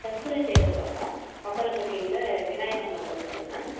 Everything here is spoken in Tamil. கஸ்தூரி தேட்டர் பக்கம் பாப்பாரப்பட்டியில் விநாயகா மண்டபத்தில் மேம்